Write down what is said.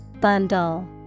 Bundle